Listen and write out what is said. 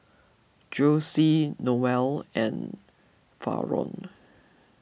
Jossie Noel and Faron